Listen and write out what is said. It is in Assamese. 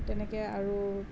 তেনেকে আৰু